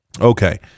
okay